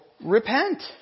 Repent